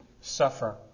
suffer